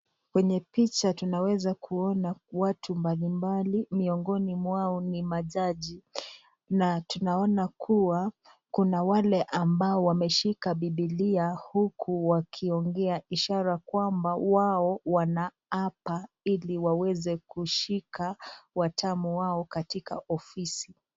Kwenye picha tunaweza kuona watu mbalimbali miongoni mwao ni majaji, na tunaona kuwa kuna wale ambao wameshika bibilia huku wakiongea ishara kwamba wao wanaapa ili waweze kushika watamu wao katika ofisi.